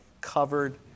covered